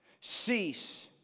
cease